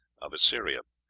of assyria.